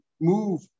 move